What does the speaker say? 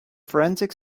forensic